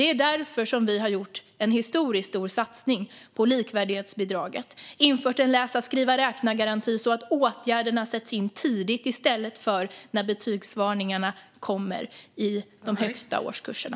Det är därför vi har gjort en historiskt stor satsning på likvärdighetsbidraget och har infört en läsa-skriva-räkna-garanti, så att åtgärderna ska sättas in tidigt i stället för när betygsvarningarna kommer i de högsta årskurserna.